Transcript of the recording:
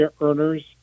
earners